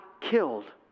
killed